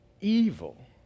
evil